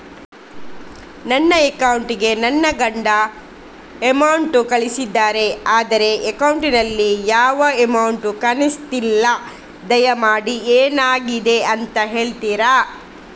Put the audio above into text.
ನನ್ನ ಅಕೌಂಟ್ ಗೆ ನನ್ನ ಗಂಡ ಅಮೌಂಟ್ ಕಳ್ಸಿದ್ದಾರೆ ಆದ್ರೆ ಅಕೌಂಟ್ ನಲ್ಲಿ ಯಾವ ಅಮೌಂಟ್ ಕಾಣಿಸ್ತಿಲ್ಲ ದಯಮಾಡಿ ಎಂತಾಗಿದೆ ಅಂತ ಹೇಳ್ತೀರಾ?